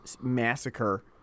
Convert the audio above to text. massacre